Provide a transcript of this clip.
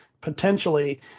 potentially